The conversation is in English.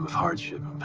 hardship